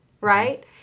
right